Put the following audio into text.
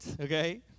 Okay